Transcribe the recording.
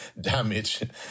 damage